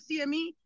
CME